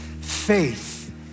faith